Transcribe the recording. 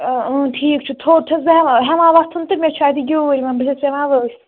آ ٹھیٖک چھُ تھوٚد چھَس بہٕ ہٮ۪وان ہٮ۪وان وۅتھُن تہٕ مےٚ چھُ اتہِ گیٛوٗر یِوان بہٕ چھَس پٮ۪وان ؤسۍ